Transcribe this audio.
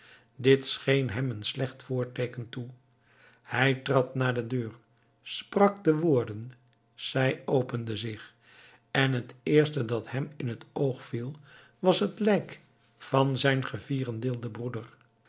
dit scheen hem een slecht voorteeken toe hij trad naar de deur sprak de woorden zij opende zich en het eerste dat hem in het oog viel was het lijk van zijn gevierendeelden broeder